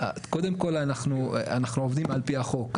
קודם כל, אנחנו עובדים על פי החוק.